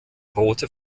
rote